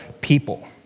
people